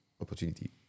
opportunity